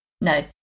No